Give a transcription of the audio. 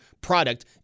product